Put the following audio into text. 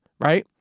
right